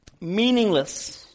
meaningless